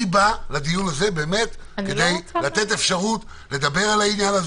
אני בא לדיון הזה כדי לתת אפשרות לדבר על העניין.